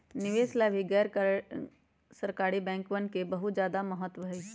निवेश ला भी गैर सरकारी बैंकवन के बहुत ज्यादा महत्व हई